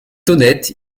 honnête